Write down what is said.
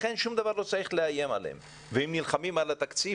לכן שום דבר שלא צריך לאיים עליהם ואם נלחמים על התקציב,